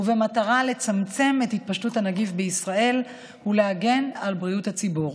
במטרה לצמצם את התפשטות הנגיף בישראל ולהגן על בריאות הציבור,